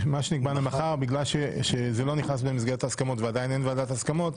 מה שנקבע למחר בגלל שזה לא נכנס למסגרת ההסכמות ועדיין אין ועדת הסכמות,